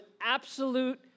absolute